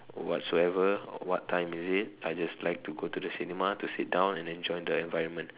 whatsoever what time is it I just like to go to the cinema to sit down and enjoy the environment